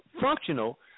functional